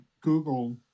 Google